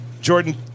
Jordan